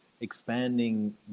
expanding